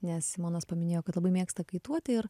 nes simonas paminėjo kad labai mėgsta kaituoti ir